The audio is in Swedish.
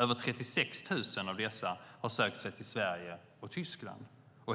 Över 36 000 av dessa har sökt sig till Sverige och Tyskland.